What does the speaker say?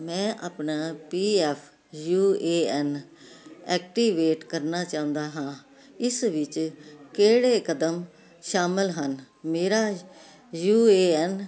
ਮੈਂ ਆਪਣਾ P F U A N activate ਕਰਨਾ ਚਾਹੁੰਦਾ ਹਾਂ ਇਸ ਵਿੱਚ ਕਿਹੜੇ ਕਦਮ ਸ਼ਾਮਲ ਹਨ ਮੇਰਾ ਯੂ ਏ ਐੱਨ